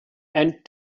and